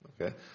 Okay